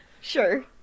Sure